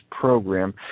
Program